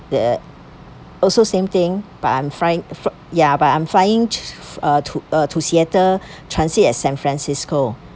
the also same thing but I'm flying f~ ya but I'm flying to uh to seattle transit at san francisco